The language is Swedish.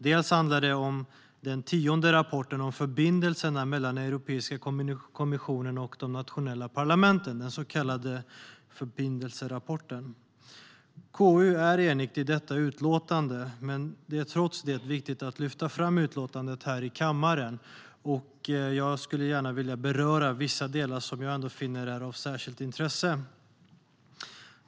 Dels handlar det om den tionde rapporten om förbindelserna mellan Europeiska kommissionen och de nationella parlamenten, den så kallade förbindelserapporten. KU är enigt i detta utlåtande, men det är trots det viktigt att lyfta fram utlåtandet i kammaren. Jag skulle gärna vilja beröra vissa delar jag finner vara av särskilt intresse.